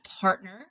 partner